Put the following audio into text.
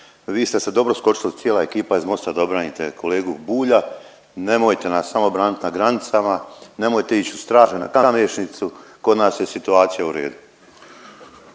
Vi ste se dobro skočili cijela ekipa iz Mosta da obranite kolegu Bulja. Nemojte nas samo branit na granicama, nemojte ići u straže na Kamešnicu, kod nas je situacija u redu.